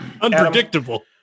Unpredictable